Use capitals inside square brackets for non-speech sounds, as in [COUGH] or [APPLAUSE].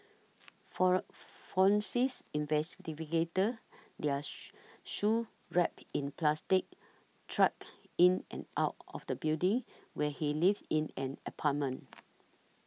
for Fransics [UNINTELLIGIBLE] their [UNINTELLIGIBLE] shoes wrapped in plastic trudged in and out of the building where he lived in an apartment